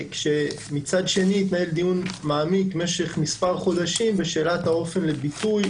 מצד שני התנהל דיון מעמיק במשך מספר חודשים בשאלה של אותה